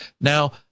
Now